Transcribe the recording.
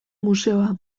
museoa